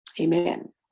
amen